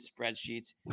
spreadsheets